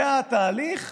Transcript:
זה התהליך,